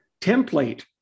template